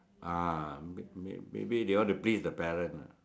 ah maybe maybe they want to please the parent ah